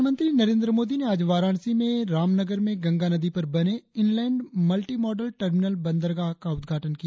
प्रधानमंत्री नरेंद्र मोदी ने आज वाराणसी में रामनगर में गंगा नदी पर बने इनलैण्ड मल्टी मॉडल टर्मिनल बंदरगाह का उद्घाटन किया